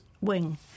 wing